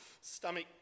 stomach